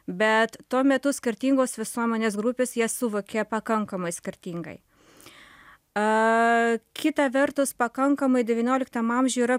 bet tuo metu skirtingos visuomenės grupės jas suvokė pakankamai skirtingai a kita vertus pakankamai devynioliktam amžiuj yra